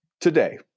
today